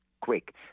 quick